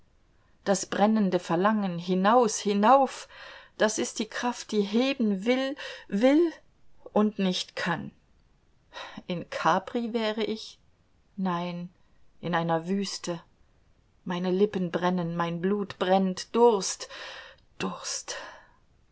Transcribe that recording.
das brennende verlangen hinaus hinauf das ist die kraft die heben will will und nicht kann in capri wäre ich nein in einer wüste meine lippen brennen mein blut brennt durst durst